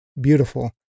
beautiful